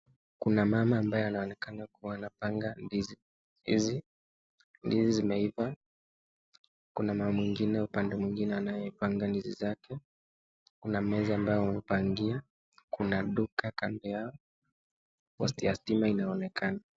Kuna mama ambaye anaonekana kuwa anapanga ndizi hizi. Ndizi zimeiva. Kuna mama mwengine upande mwingine anayepanga ndizi zake. Kuna meza ambayo wamepangia. Kuna duka kando yao. Posti ya stima inaonekana.